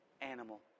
animal